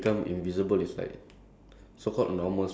!wah! what do you consider unusual superpowers